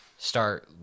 start